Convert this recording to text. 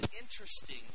interesting